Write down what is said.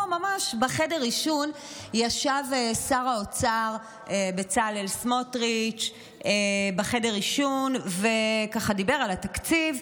פה ממש ישב שר האוצר בצלאל סמוטריץ' בחדר עישון ודיבר על התקציב.